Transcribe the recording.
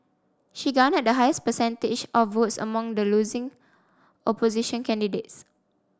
she garnered the highest percentage of votes among the losing opposition candidates